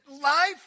life